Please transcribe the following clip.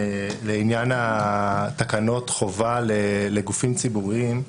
לעניין תקנות חובה לגופים ציבוריים.